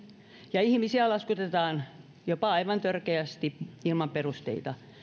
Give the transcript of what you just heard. ja ihmisiä laskutetaan jopa aivan törkeästi ilman perusteita